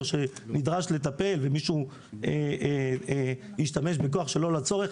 שנדרש לטפל ומישהו השתמש בכוח שלא לצורך,